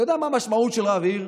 אתה יודע מה המשמעות של רב עיר?